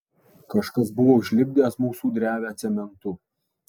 kažkas buvo užlipdęs mūsų drevę cementu